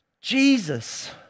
Jesus